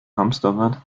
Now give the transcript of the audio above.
hamsterrad